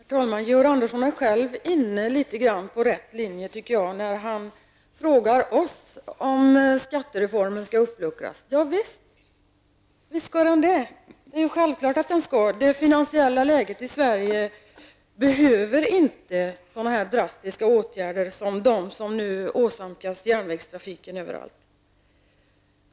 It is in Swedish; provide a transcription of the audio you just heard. Herr talman! Georg Andersson var själv litet grand inne på rätt linje, när han frågade oss om skattereformen skall uppluckras. Ja, visst skall den uppluckras -- självklart. Det finansiella läget i Sverige kräver inte så drastiska åtgärder som nu drabbar järnvägstrafiken överallt.